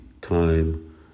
time